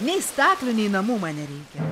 nei staklių nei namų man nereikia